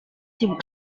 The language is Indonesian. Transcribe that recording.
sibuk